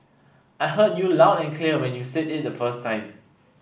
I heard you loud and clear when you said it the first time